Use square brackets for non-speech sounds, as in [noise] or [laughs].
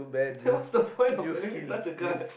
[laughs] then what's the point of telling me to touch the card